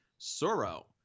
Sorrow